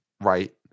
Right